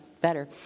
better